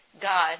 God